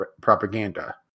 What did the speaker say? propaganda